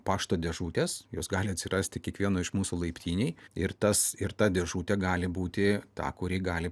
pašto dėžutes jos gali atsirasti kiekvieno iš mūsų laiptinėj ir tas ir ta dėžutė gali būti ta kuri gali